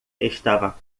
estava